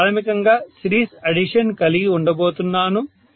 నేను ప్రాథమికంగా series addition కలిగి ఉండబోతున్నాను